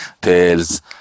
tales